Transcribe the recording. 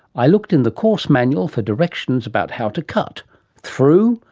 i looked in the course manual for directions about how to cut through?